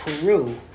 Peru